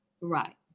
Right